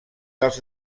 dels